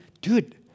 dude